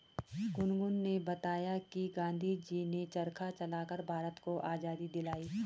गुनगुन ने बताया कि गांधी जी ने चरखा चलाकर भारत को आजादी दिलाई